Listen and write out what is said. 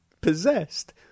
possessed